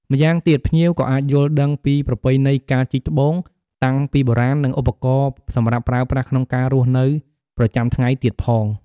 ម៉្យាងទៀតភ្ញៀវក៏អាចយល់ដឹងពីប្រពៃណីការជីកត្បូងតាំងបុរាណនិងឱបករណ៍សម្រាប់ប្រើប្រាស់ក្នុងការរស់នៅប្រចាំថ្ងៃទៀតផង។